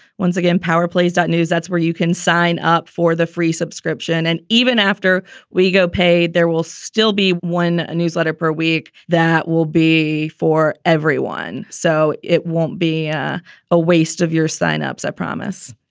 once again, power play is not news. that's where you can sign up for the free subscription. and even after we go pay, there will still be one newsletter per week that will be for everyone so it won't be ah a waste of your signups, i promise.